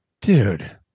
Dude